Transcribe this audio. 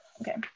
Okay